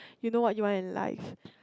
you know what you want in life